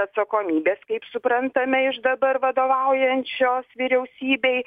atsakomybės kaip suprantame iš dabar vadovaujančios vyriausybei